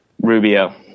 Rubio